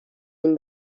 این